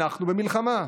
אנחנו במלחמה.